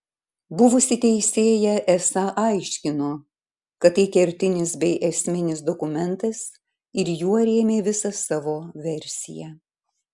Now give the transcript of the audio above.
buvusi teisėja esą aiškino kad tai kertinis bei esminis dokumentas ir juo rėmė visą savo versiją